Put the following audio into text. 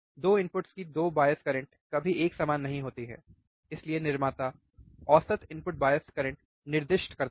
2 inputs की 2 bias current कभी एक समान नहीं होती हैं इसलिए निर्माता औसत इनपुट बायस करंट निर्दिष्ट करता है